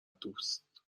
دوست